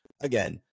again